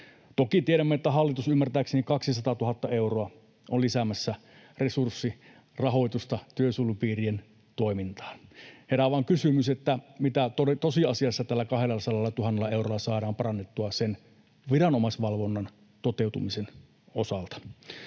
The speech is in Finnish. ymmärtääkseni, että hallitus on 200 000 euroa lisäämässä resurssirahoitusta työsuojelupiirien toimintaan. Herää vaan kysymys, mitä tosiasiassa tällä 200 000 eurolla saadaan parannettua sen viranomaisvalvonnan toteutumisen osalta.